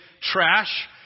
trash